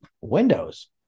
Windows